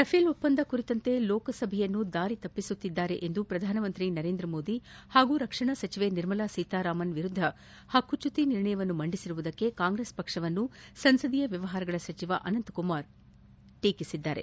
Rafael ಒಪ್ಪಂದ ಕುರಿತಂತೆ ಲೋಕಸಭೆಯನ್ನು ದಾರಿತಪ್ಪಿಸುತ್ತಿದ್ದಾರೆಂದು ಪ್ರಧಾನಮಂತ್ರಿ ನರೇಂದ್ರಮೋದಿ ಹಾಗೂ ರಕ್ಷಣಾ ಸಚಿವೆ ನಿರ್ಮಲಾ ಸೀತಾರಾಮನ್ ವಿರುದ್ದ ಪಕ್ಕುಚ್ಚುತಿ ನಿರ್ಣಯ ಮಂಡಿಸಿರುವುದಕ್ಕೆ ಕಾಂಗ್ರೆಸ್ ಪಕ್ಷವನ್ನು ಸಂಸದೀಯ ವ್ಯವಹಾರಗಳ ಸಚಿವ ಟೀಕಿಸಿದ್ದಾರೆ